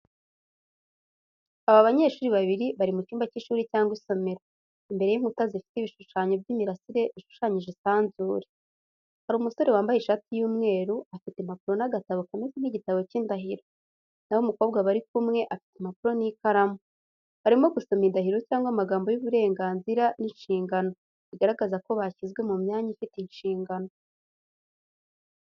Aba banyeshuri babiri bari mu cyumba cy’ishuri cyangwa isomero, imbere y’inkuta zifite ibishushanyo by’imirasire bishushanya isanzure. Hari umusore wambaye ishati y’umweru, afite impapuro n’agatabo kameze nk’igitabo cy’indahiro, naho umukobwa bari kumwe afite impapuro n’ikaramu. Barimo gusoma indahiro cyangwa amagambo y’uburenganzira n’inshingano, bigaragaza ko bashyizwe mu myanya ifite inshingano.